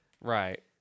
Right